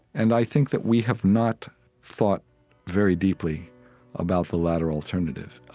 and i think that we have not thought very deeply about the latter alternative,